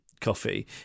coffee